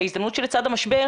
שההזדמנות שלצד המשבר,